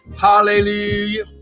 Hallelujah